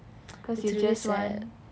that's really sad